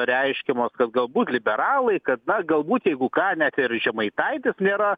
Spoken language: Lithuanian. reiškiamos kad galbūt liberalai kad na galbūt jeigu ką bet ir žemaitaitis nėra